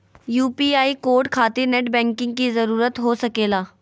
UPI code खातिर net banking की जरूरत हो सके ला?